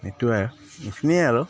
সেইটোৱেই আৰু এইখিনিয়ে আৰু